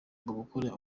gukora